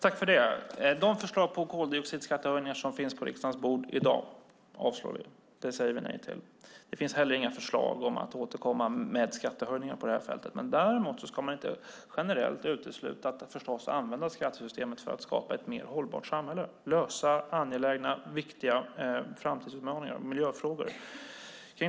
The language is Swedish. Fru talman! De förslag till koldioxidskattehöjningar som finns på riksdagens bord i dag avstyrker vi. De säger vi nej till. Det finns heller inga förslag om att återkomma med skattehöjningar på det här fältet. Men man ska däremot inte generellt utesluta att använda skattesystemet för att skapa ett mer hållbart samhälle och lösa angelägna viktiga framtidsutmaningar och miljöfrågor.